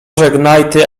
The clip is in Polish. żegnajty